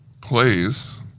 plays